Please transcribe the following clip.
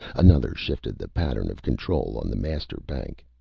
another shifted the pattern of control on the master-bank.